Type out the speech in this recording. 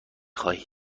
خوای